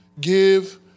give